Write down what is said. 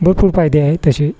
भरपूर फायदे आहेत तसे